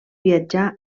viatjà